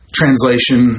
translation